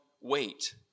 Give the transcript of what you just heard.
wait